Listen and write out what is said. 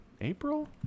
April